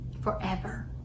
forever